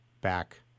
back